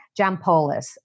Jampolis